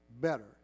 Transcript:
better